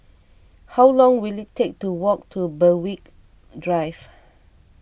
how long will it take to walk to Berwick Drive